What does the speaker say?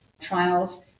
trials